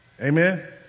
Amen